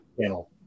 channel